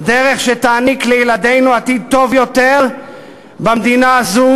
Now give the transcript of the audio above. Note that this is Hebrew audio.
דרך שתעניק לילדינו עתיד טוב יותר במדינה הזאת